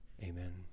Amen